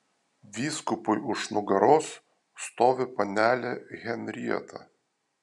vyskupui už nugaros stovi panelė henrieta